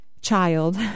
child